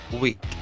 week